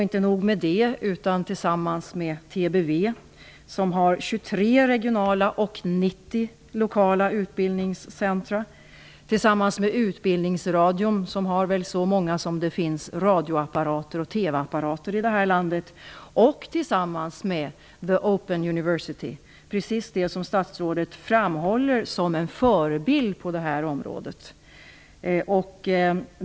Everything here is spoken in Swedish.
Inte nog med det, det vill de göra tillsammans med TBV, som har 23 regionala och 90 lokala utbildningscentrum, och tillsammans med Utbildningsradion, som väl har så många som det finns radio och TV-apparater i detta land, samt tillsammans med det brittiska Open university, precis det universitet som utbildningsministern framhåller som en förebild på detta område.